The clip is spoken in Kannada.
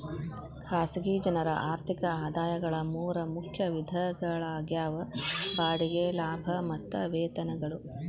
ಖಾಸಗಿ ಜನರ ಆರ್ಥಿಕ ಆದಾಯಗಳ ಮೂರ ಮುಖ್ಯ ವಿಧಗಳಾಗ್ಯಾವ ಬಾಡಿಗೆ ಲಾಭ ಮತ್ತ ವೇತನಗಳು